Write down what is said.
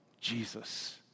Jesus